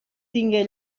tingué